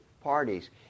parties